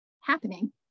happening